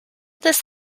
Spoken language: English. this